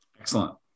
Excellent